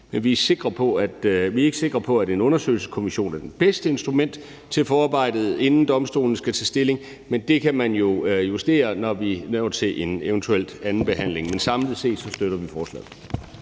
EU. Vi er ikke sikre på, at en undersøgelseskommission er det bedste instrument til forarbejdet, inden Domstolen skal tage stilling, men det kan man jo justere, når vi når til en eventuel andenbehandling. Men samlet set støtter vi forslaget.